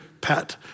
pet